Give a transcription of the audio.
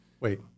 Wait